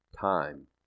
time